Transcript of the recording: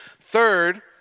Third